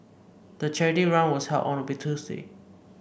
the charity run was held on a Tuesday